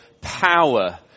power